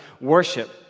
worship